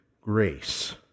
grace